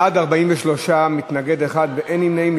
בעד, 43, מתנגד אחד, אין נמנעים.